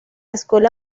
escuela